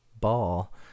ball